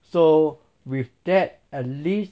so with that at least